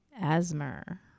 asthma